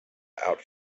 out